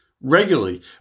regularly